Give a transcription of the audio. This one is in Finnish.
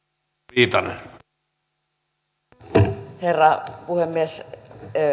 arvoisa herra puhemies